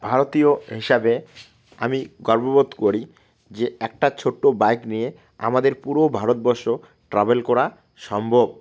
ভারতীয় হিসাবে আমি গর্ববোধ করি যে একটা ছোট্ট বাইক নিয়ে আমাদের পুরো ভারতবর্ষ ট্রাভেল করা সম্ভব